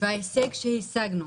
וההישג שהשגנו,